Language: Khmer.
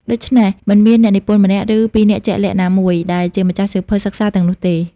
ដូច្នេះ មិនមានអ្នកនិពន្ធម្នាក់ ឬពីរនាក់ជាក់លាក់ណាមួយ ដែលជាម្ចាស់សៀវភៅសិក្សាទាំងនោះទេ។